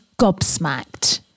gobsmacked